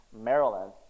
Maryland